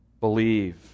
believe